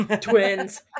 Twins